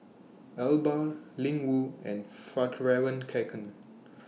Alba Ling Wu and Fjallraven Kanken